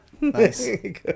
nice